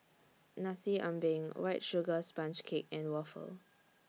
Nasi Ambeng White Sugar Sponge Cake and Waffle